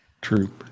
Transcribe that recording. True